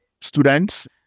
students